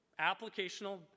applicational